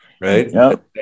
right